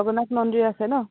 জগন্নাথ মন্দিৰ আছে নহ্